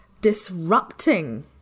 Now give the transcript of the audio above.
disrupting